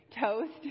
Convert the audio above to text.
Toast